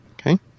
Okay